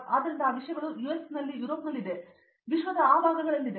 ಆದ್ದರಿಂದ ಆ ವಿಷಯಗಳು ಯುಎಸ್ನಲ್ಲಿ ಯೂರೋಪ್ನಲ್ಲಿವೆ ಆದ್ದರಿಂದ ವಿಶ್ವದ ಆ ಭಾಗಗಳಾಗಿವೆ